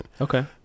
Okay